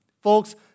Folks